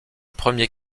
premier